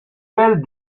belles